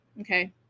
okay